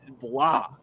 blah